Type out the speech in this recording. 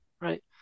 right